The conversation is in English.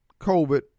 COVID